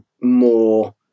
more